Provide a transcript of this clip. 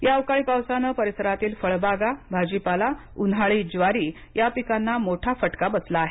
या अवकाळी पावसानं परिसरातील फळबागा भाजीपाला उन्हाळी ज्वारी या पिकांना मोठा फटका बसला आहे